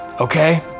okay